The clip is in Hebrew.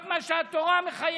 רק מה שאת התורה מחייבת.